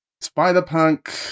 Spider-Punk